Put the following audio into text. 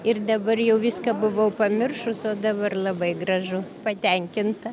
ir dabar jau viską buvau pamiršus o dabar labai gražu patenkinta